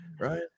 right